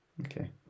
okay